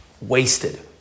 wasted